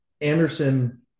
Anderson